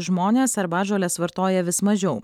žmonės arbatžoles vartoja vis mažiau